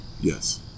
Yes